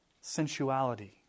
Sensuality